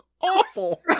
awful